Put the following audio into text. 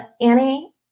Annie